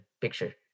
picture